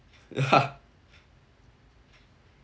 ya